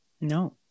no